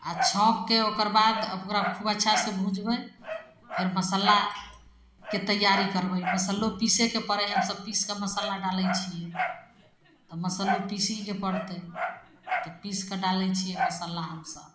आओर छौँकिके ओकर बाद ओकरा खूब अच्छासे भुजबै फेर मसल्लाके तैआरी करबै मसल्लो पिसैके पड़ै हइ हमसभ पीसिके मसल्ला डालै छिए तऽ मसल्लो पीसैके पड़तै तऽ पीसिकऽ डालै छिए मसल्ला हमसभ